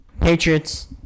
Patriots